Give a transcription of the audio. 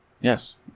Yes